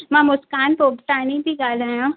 मां मुस्कान पोपतानी थी ॻाल्हायां